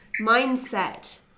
mindset